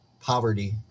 poverty